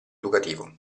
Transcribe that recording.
educativo